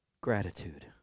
Gratitude